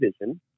vision